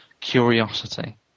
Curiosity